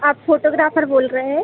आप फ़ोटोग्राफर बोल रहे हैं